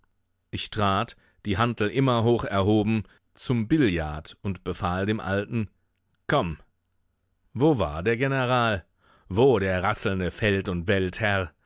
ich trat die hantel immer hoch erhoben zum billard und befahl dem alten komm wo war der general wo der rasselnde feld und weltherr